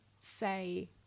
say